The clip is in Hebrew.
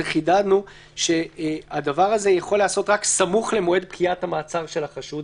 שחידדנו שהדבר הזה יכול להיעשות רק סמוך למועד פקיעת המעצר של החשוד,